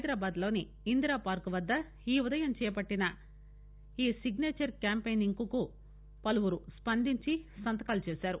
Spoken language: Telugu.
హైదరాబాద్ లోని ఇందిరా పార్కు వద్ద ఈ ఉదయం చేపట్టిన ఈ సిగ్నేచర్ క్యాంపెయిన్ కు పలువురు స్పందించి సంతకాలు చేశారు